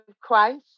Christ